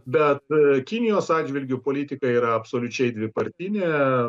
bet kinijos atžvilgiu politika yra absoliučiai dvipartinė